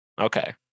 Okay